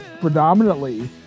predominantly